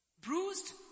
bruised